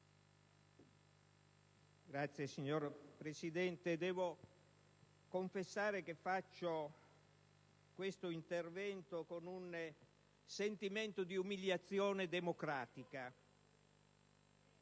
*(PD)*. Signor Presidente, devo confessare che faccio questo intervento con un sentimento di umiliazione democratica.